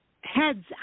heads